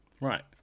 Right